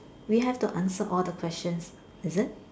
we have to answer all the questions is it